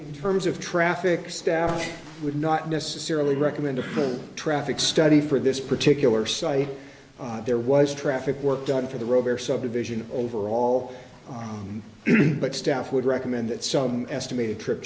in terms of traffic staff would not necessarily recommend a traffic study for this particular site there was traffic work done for the rover subdivision overall but staff would recommend that some estimated trip